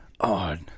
Odd